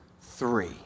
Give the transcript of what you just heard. three